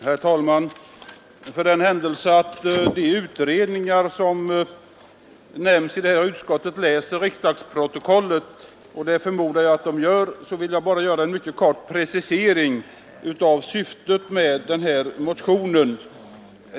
Herr talman! För den händelse de som sitter med i de utredningar som nämns i detta utskottsbetänkande läser riksdagsprotokollet, vilket jag förmodar att de gör, vill jag ge en mycket kort precisering av syftet med motionen 709.